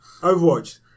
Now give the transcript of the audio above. Overwatch